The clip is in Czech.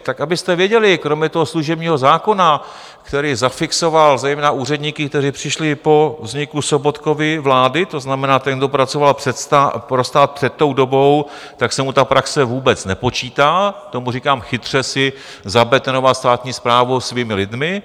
Tak abyste věděli, kromě toho služebního zákona, který zafixoval zejména úředníky, kteří přišli po vzniku Sobotkovy vlády, to znamená, ten, kdo pracoval pro stát před tou dobou, tak se mu ta praxe vůbec nepočítá, tomu říkám chytře si zabetonovat státní správu svými lidmi.